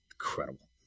incredible